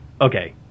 okay